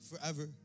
Forever